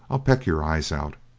i'll peck your eyes out.